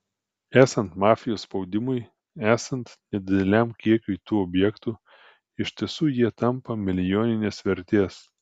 esant mafijos spaudimui esant nedideliam kiekiui tų objektų iš tiesų jie tampa milijoninės vertės